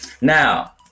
now